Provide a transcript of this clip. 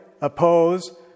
oppose